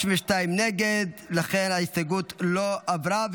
לכן ההסתייגות לא עברה.